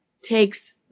takes